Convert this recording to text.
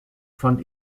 fand